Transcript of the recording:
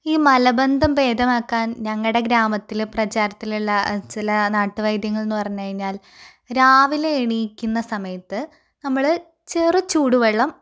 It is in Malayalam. ഈ മലബന്ധം ഭേദമാക്കാന് ഞങ്ങളുടെ ഗ്രാമത്തില് പ്രചാരത്തിലുള്ള ചില നാട്ടുവൈദ്യങ്ങള് എന്ന് പറഞ്ഞുകഴിഞ്ഞാല് രാവിലെ എണീക്കുന്ന സമയത്ത് നമ്മള് ചെറു ചൂടുവെള്ളം